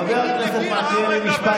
ראש האופוזיציה חייב להיות בדיון.